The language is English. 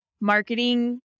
marketing